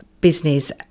business